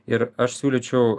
ir aš siūlyčiau